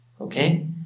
Okay